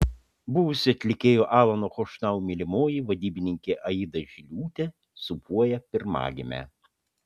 buvusi atlikėjo alano chošnau mylimoji vadybininkė aida žiliūtė sūpuoja pirmagimę